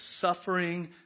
suffering